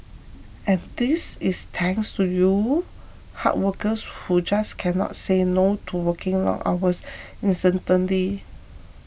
and this is thanks to you hard workers who just cannot say no to working long hours incessantly